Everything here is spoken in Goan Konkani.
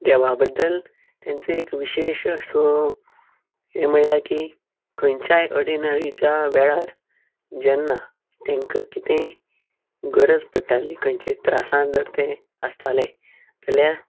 देवा बद्दल तेंचो एक विशेश असो हें म्हळ्यार की खंयच्याय अडी नडीच्या वेळार जेन्ना तेंकां कितेंय गरज पडटाली खंयच्याय त्रासान जर तें आसताले जाल्यार